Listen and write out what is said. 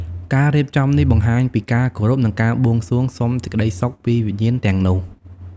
ការរៀបចំនេះបង្ហាញពីការគោរព និងការបួងសួងសុំសេចក្តីសុខពីវិញ្ញាណទាំងនោះ។